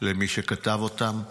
למי שכתב אותם,